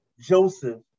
Joseph